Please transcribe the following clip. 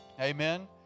Amen